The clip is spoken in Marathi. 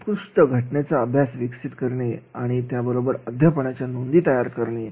उत्कृष्ट घटनेचा अभ्यास विकसित करणे आणि त्या बरोबर अध्यापनाच्या नोंदी तयार करणे